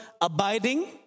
abiding